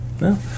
No